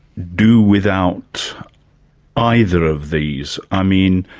do without either of these. i mean,